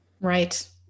Right